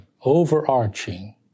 overarching